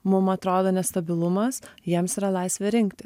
mum atrodo nestabilumas jiem yra laisvė rinktis